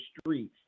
Streets